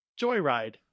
joyride